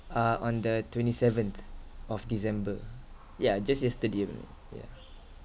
uh on the twenty seventh of december yeah just yesterday only yeah